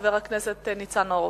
חבר הכנסת ניצן הורוביץ.